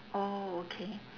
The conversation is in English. orh okay